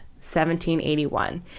1781